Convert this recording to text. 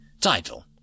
Title